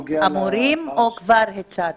"אמורים" או שכבר הצעתם?